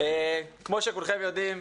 כמו שכולכם יודעים,